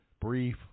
brief